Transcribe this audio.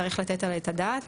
צריך לתת עליה את הדעת.